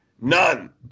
None